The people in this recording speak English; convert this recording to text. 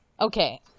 Okay